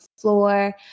floor